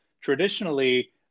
traditionally